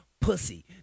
pussy